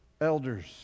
elders